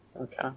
Okay